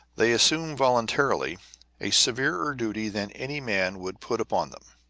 they assume voluntarily a severer duty than any man would put upon them.